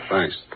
Thanks